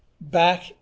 back